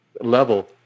level